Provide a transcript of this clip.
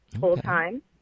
full-time